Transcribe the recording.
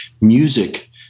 music